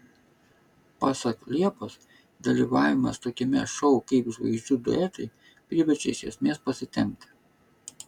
pasak liepos dalyvavimas tokiame šou kaip žvaigždžių duetai priverčia iš esmės pasitempti